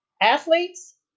athletes